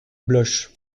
bloche